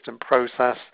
process